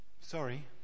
sorry